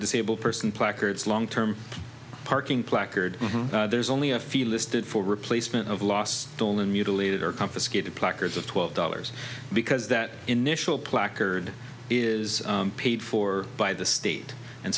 disabled person placards long term parking placard there's only a few listed for replacement of lost stolen mutilated or confiscated placards of twelve dollars because that in placard is paid for by the state and